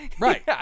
Right